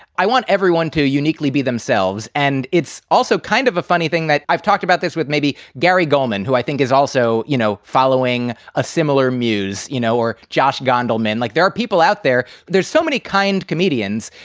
i want everyone to uniquely be themselves. and it's also kind of a funny thing that i've talked about this with maybe gary golman, who i think is also, you know, following a similar muse, you know, or josh gandelman, like there are people out there. there's so many kind comedians.